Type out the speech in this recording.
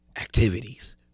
activities